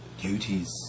Duties